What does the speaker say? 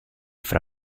fra